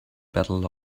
battle